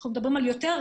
יותר?